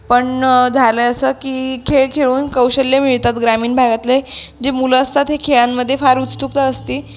पण झालंय असं की खेळ खेळून कौशल्य मिळतात ग्रामीण भागातले जे मुलं असतात हे खेळांमध्ये फार उत्सुकता असती